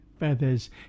Feathers